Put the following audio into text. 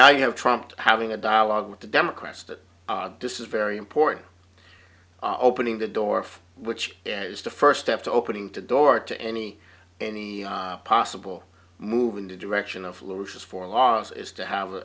now you have trumped having a dialogue with the democrats that this is very important opening the door which is the first step to opening to door to any any possible move into direction of lucia's for laws is to have